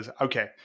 Okay